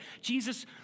Jesus